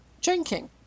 drinking